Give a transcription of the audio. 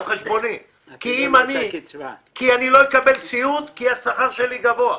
אני לא אקבל סיעוד, כי השכר שלי גבוה.